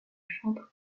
chantre